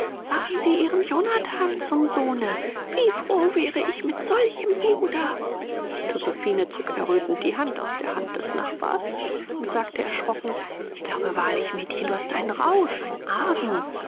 machen sie ihren jonathan zum sohne wie froh wäre ich mit solchem bruder josephine zog errötend die hand aus der hand des nachbars und sagte erschrocken ich glaube wahrlich mädchen du hast einen rausch einen argen